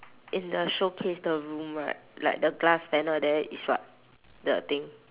in the showcase the room right like the glass panel there is what the thing